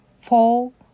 four